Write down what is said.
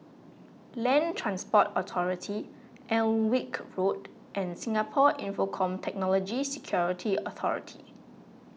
Land Transport Authority Alnwick Road and Singapore Infocomm Technology Security Authority